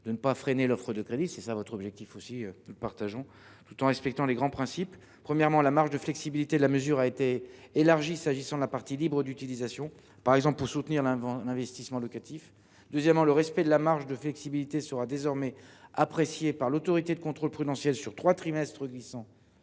de ne pas freiner l’offre de crédit, tout en respectant les grands principes. Premièrement, la marge de flexibilité de la mesure a été élargie s’agissant de la partie libre d’utilisation, par exemple pour soutenir l’investissement locatif. Deuxièmement, le respect de la marge de flexibilité sera désormais apprécié par l’Autorité de contrôle prudentiel et de résolution sur trois trimestres glissants,